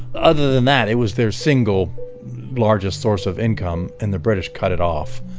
other than that, it was their single largest source of income and the british cut it off.